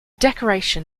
decoration